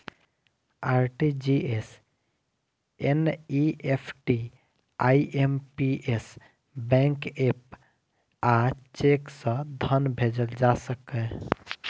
RTGS, NEFT, IMPS, bank app आ cheque सं धन भेजल जा सकैए